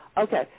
Okay